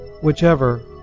whichever